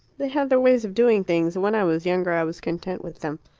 they have their ways of doing things, and when i was younger i was content with them.